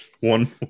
one